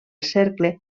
cercle